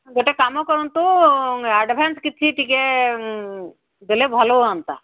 ଗୋଟେ କାମ କରନ୍ତୁ ଆଡ଼ଭାନ୍ସ କିଛି ଟିକିଏ ଦେଲେ ଭଲ ହୁଅନ୍ତା